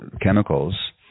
chemicals